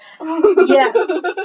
Yes